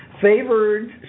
favored